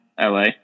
LA